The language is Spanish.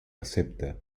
acepta